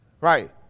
Right